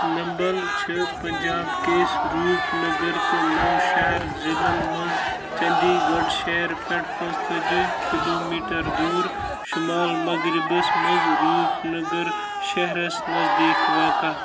nimble چھِ پنٛجاب کِس Rupnagar تہٕ نَو شہر ضِلعن منٛز چٔنٛدی گَڑھ شہرٕ پٮ۪ٹھ پانٛژھ تٲجی کِلوٗ میٖٹَر دوٗر شُمال مغرِبس منٛز روٗپ نَگر شہرس نٔزدیٖک واقع